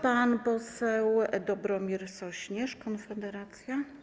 Pan poseł Dobromir Sośnierz, Konfederacja.